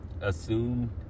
assume